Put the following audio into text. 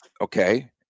Okay